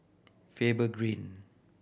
Faber Green